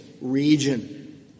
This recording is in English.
region